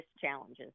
challenges